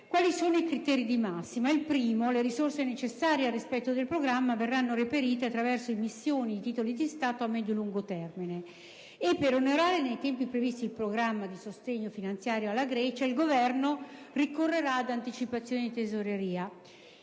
Quali sono i criteri di massima? Il primo è quello in base al quale le risorse necessarie al rispetto del programma verranno reperite attraverso emissioni di titoli di stato a medio e lungo termine. Per onorare nei tempi previsti il programma di sostegno finanziario alla Grecia, il Governo ricorrerà ad anticipazioni di tesoreria.